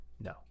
No